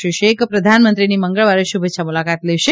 શ્રી શેખ પ્રધાનમંત્રીની મંગળવારે શુભેચ્છા મુલાકાત લેશે